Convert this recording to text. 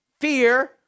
fear